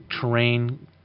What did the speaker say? terrain